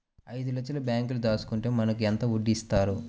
ఐదు లక్షల బ్యాంక్లో దాచుకుంటే మనకు ఎంత వడ్డీ ఇస్తారు?